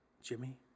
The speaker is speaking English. Jimmy